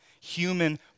human